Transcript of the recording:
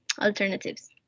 alternatives